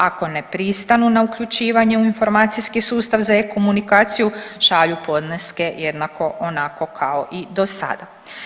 Ako ne pristanu na uključivanje u informacijski sustava za e-komunikaciju šalju podneske jednako onako kao i dosada.